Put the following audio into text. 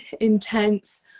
intense